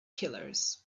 killers